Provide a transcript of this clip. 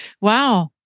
Wow